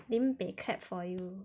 limpeh clap for you